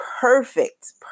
perfect